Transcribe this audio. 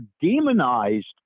demonized